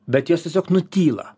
bet jos tiesiog nutyla